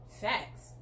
facts